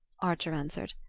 archer answered.